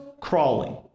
crawling